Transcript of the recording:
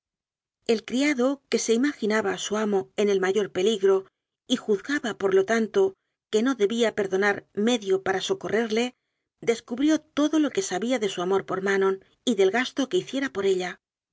el criado que pe imaginaba a su amo en el mayor peligro y juz gaba por lo tanto que no debía perdonar medio para socorrerle descubrió todo lo que sabía de su amor por manon y del gasto que hiciera por ella